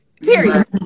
period